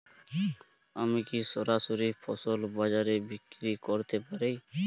আমি কি সরাসরি ফসল বাজারে বিক্রি করতে পারি?